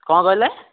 କ'ଣ କହିଲେ